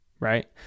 right